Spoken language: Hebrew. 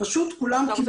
ופשוט כולם קיבלו הנחה.